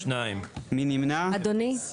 2 נמנעים,